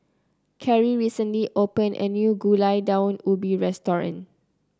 Carri recently opened a new Gulai Daun Ubi restaurant